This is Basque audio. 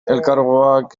elkargoak